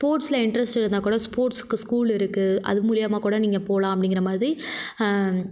ஸ்போட்ஸில் interest இருந்தால் கூட ஸ்போர்ட்ஸ்க்கு ஸ்கூல் இருக்குது அது மூலயமா கூட நீங்கள் போகலாம் அப்படிங்கற மாதிரி